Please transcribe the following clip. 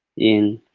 in.